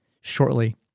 shortly